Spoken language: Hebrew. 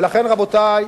ולכן, רבותי,